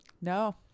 No